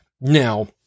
Now